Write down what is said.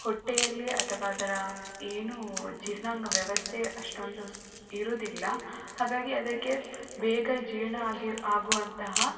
ಹೊಟ್ಟೆಯಲ್ಲಿ ಅಥವಾ ಅದರ ಏನು ಜೀರ್ಣಾಂಗ ವ್ಯವಸ್ಥೆ ಅಷ್ಟೊಂದು ಇರೋದಿಲ್ಲ ಹಾಗಾಗಿ ಅದಕ್ಕೆ ಬೇಗ ಜೀರ್ಣ ಆಗಿ ಆಗುವಂತಹ